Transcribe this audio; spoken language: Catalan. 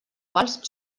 quals